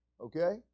Okay